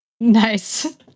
Nice